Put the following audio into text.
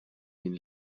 این